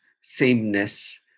sameness